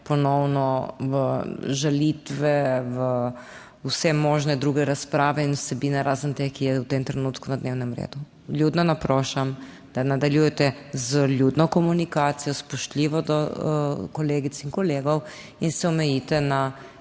ponovno v žalitve, v vse možne druge razprave in vsebine razen te, ki je v tem trenutku na dnevnem redu. Vljudno naprošam, da nadaljujete z vljudno komunikacijo, spoštljivo do kolegic in kolegov in se omejite na